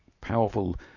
powerful